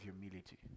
humility